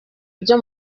byo